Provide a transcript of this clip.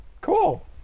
cool